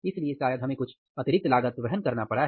इसलिए शायद हमें कुछ अतिरिक्त लागत वहन करना पड़ा है